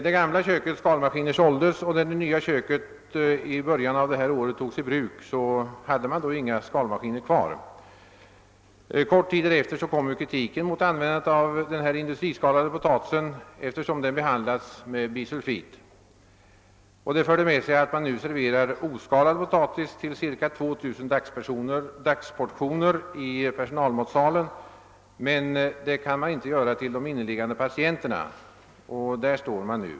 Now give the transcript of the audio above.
Det gamla kökets skalmaskiner såldes, och när det nya köket i början av året togs i bruk, hade man inga skalmaskiner kvar. Kort tid därefter kom kritiken mot användandet av den industriskalade potatisen, eftersom denna behandlats med bisulfit. Detta förde med sig att man nu serverar oskalad potatis till ca 2000 dagsportioner i personalmatsalen, men det kan man inte göra till de intagna patienterna, och där står man nu.